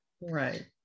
Right